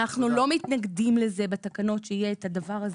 אנחנו לא מתנגדים לזה שבתקנות יהיה את הדבר הזה.